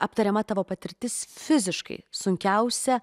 aptariama tavo patirtis fiziškai sunkiausia